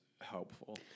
helpful